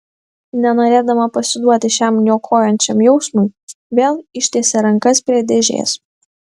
nenorėdama pasiduoti šiam niokojančiam jausmui vėl ištiesė rankas prie dėžės